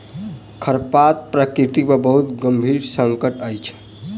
खरपात सॅ प्रकृति पर बहुत गंभीर संकट अछि